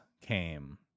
came